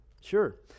sure